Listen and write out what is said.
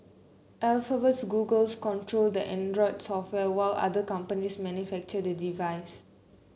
Alphabet's Google's control the Android software while other companies manufacture the device